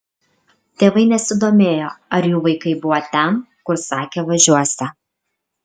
tėvai nesidomėjo ar jų vaikai buvo ten kur sakė važiuosią